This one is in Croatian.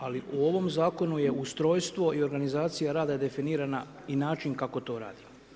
Ali u ovom zakonu je ustrojstvo i organizacija rada je definirana i način kako to radimo.